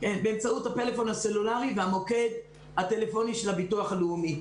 באמצעות הפלאפון הסלולארי והמוקד של הביטוח הלאומי.